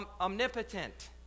omnipotent